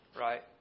Right